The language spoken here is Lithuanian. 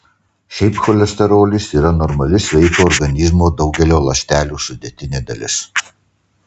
šiaip cholesterolis yra normali sveiko organizmo daugelio ląstelių sudėtinė dalis